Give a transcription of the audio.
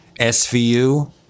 SVU